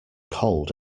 cold